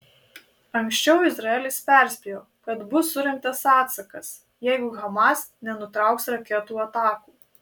anksčiau izraelis perspėjo kad bus surengtas atsakas jeigu hamas nenutrauks raketų atakų